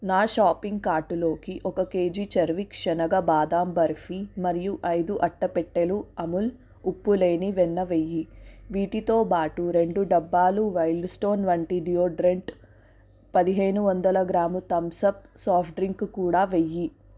నా షాపింగ్ కార్టులోకి ఒక కేజీ చర్విక్ శనగ బాదం బర్ఫీ మరియు ఐదు అట్ట పెట్టెలు అమూల్ ఉప్పు లేని వెన్న వెయ్యి వీటితో బాటు రెండు డబ్బాలు వైల్డ్ స్టోన్ వంటి డిమోడ్రెడ్ పదిహేను వందల గ్రాము థమ్సప్ సాఫ్ట్ డ్రింక్ కూడా వెయ్యి